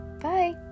Bye